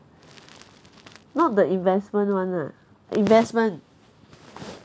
not the investment [one] lah investment